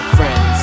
friends